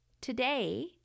today